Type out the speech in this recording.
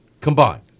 Combined